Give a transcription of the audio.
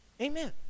Amen